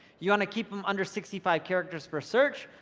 you wanna keep em under sixty five characters for search.